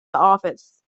office